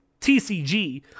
TCG